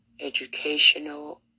educational